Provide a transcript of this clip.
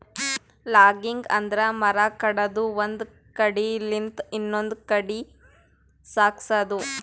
logging ಅಂದ್ರ ಮರ ಕಡದು ಒಂದ್ ಕಡಿಲಿಂತ್ ಇನ್ನೊಂದ್ ಕಡಿ ಸಾಗ್ಸದು